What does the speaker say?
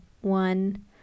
one